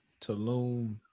Tulum